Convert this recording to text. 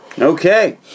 Okay